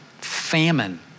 famine